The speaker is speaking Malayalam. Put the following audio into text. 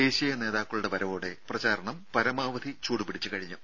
ദേശീയ നേതാക്കളുടെ വരവോടെ പ്രചാരണം പരമാവധി ചൂട് പിടിച്ച് കഴിഞ്ഞു